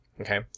okay